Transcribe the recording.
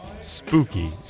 Spooky